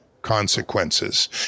Consequences